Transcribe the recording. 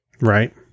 right